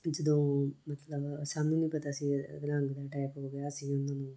ਜਦੋਂ ਮਤਲਬ ਸਾਨੂੰ ਨਹੀਂ ਪਤਾ ਸੀ ਅਧਰੰਗ ਦਾ ਅਟੈਕ ਹੋ ਗਿਆ ਅਸੀਂ ਉਹਨਾਂ ਨੂੰ